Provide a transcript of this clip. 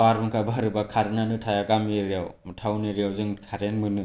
बारहुंखा बारोबा कारेन्टआनो थाया गामि एरियायाव टाउन एरियायाव जों कारेन्ट मोनो